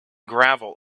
gravel